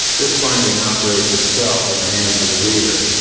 this binding operates itself in the hands of the reader.